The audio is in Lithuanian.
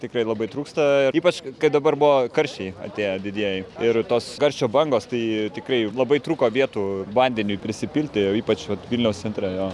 tikrai labai trūksta ypač kai dabar buvo karščiai atėję didieji ir tos karščio bangos tai tikrai labai trūko vietų vandeniui prisipilti o ypač vilniaus centre jo